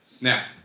Now